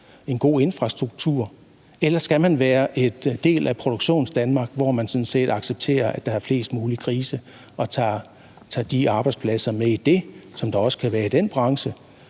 en god infrastruktur, eller skal man være en del af Produktionsdanmark, hvor man sådan set accepterer, at der er flest mulige grise, og tager de arbejdspladser med, som der også kan være i den branche,